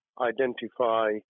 identify